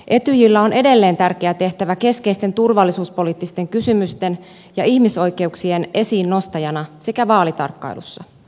etyjillä on edelleen tärkeä tehtävä keskeisten turvallisuuspoliittisten kysymysten ja ihmisoikeuksien esiinnostajana sekä vaalitarkkailussa